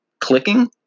clicking